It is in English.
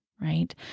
right